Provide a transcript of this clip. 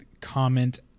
Comment